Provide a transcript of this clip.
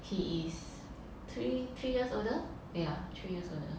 he is three three years older yeah three years older